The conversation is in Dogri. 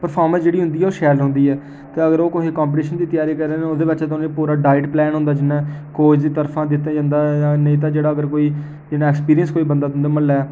परफॉरमेंस जेह्ड़ी होंदी ओह् शैल होंदी ऐ ते अगर ओह् कोहे गी कम्पीटिशन दी त्यारी करा ऐ न ओह्दी बिच उं'दा पूरा डाइट प्लान होंदा जि'यां कोच दी तरफा दित्ता जन्दा जां नेईं तां जेह्ड़ा अगर कोई एक्सपीरियंस कोई बंदा कोई तुं'दे म्ह्ल्ले दा ऐ